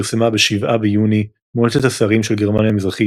פרסמה ב-7 ביוני מועצת השרים של גרמניה המזרחית